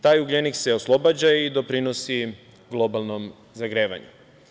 Taj ugljenik se oslobađa i doprinosi globalnom zagrevanju.